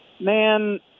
man